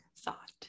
thought